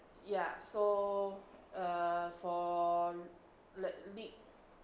ya so err for le~ li~